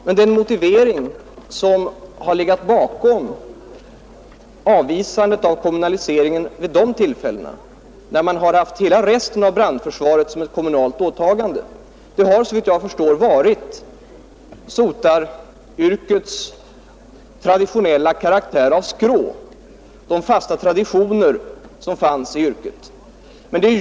Den motivering som legat bakom avvisandet av kommunaliseringen vid dessa tillfällen, när man haft hela brandförsvaret i övrigt som ett kommunalt åtagande, har såvitt jag förstår varit sotaryrkets traditionella karaktär av skrå — de fasta traditioner som fanns i yrket.